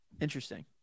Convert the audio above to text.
interesting